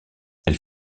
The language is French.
elle